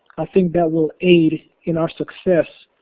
i think that will aid in our success.